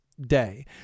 day